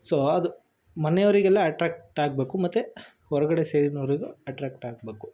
so ಅದು ಮನೆಯವರಿಗೆಲ್ಲ attract ಆಗಬೇಕು ಮತ್ತು ಹೊರ್ಗಡೆ ಸೇಡ್ನೋರಿಗೂ ಅಟ್ರ್ಯಾಕ್ಟ್ ಆಗಬೇಕು